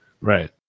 Right